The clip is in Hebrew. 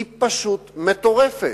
היא פשוט מטורפת.